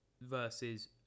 versus